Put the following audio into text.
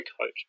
coach